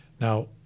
Now